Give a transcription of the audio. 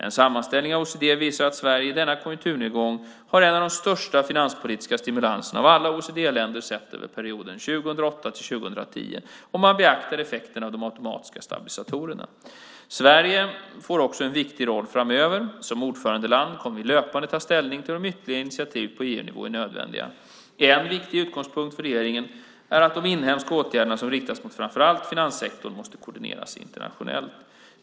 En sammanställning av OECD visar att Sverige i denna konjunkturnedgång har en av de största finanspolitiska stimulanserna av alla OECD-länder sett över perioden 2008-2010, om man beaktar effekten av de automatiska stabilisatorerna. Sverige får också en viktig roll framöver. Som ordförandeland kommer vi löpande att ta ställning till om ytterligare initiativ på EU-nivå är nödvändiga. En viktig utgångspunkt för regeringen är att de inhemska åtgärder som riktas mot framför allt finanssektorn måste koordineras internationellt.